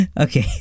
Okay